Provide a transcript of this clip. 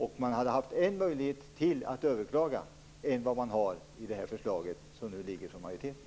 Och man hade haft en möjlighet till att överklaga än man får enligt det förslag som nu ligger från majoriteten.